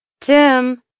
Tim